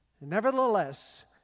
Nevertheless